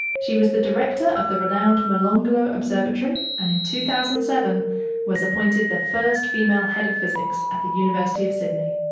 she was the director of the renowned molonglo observatory and in two thousand and seven was appointed the first female head of physics at the university of sydney.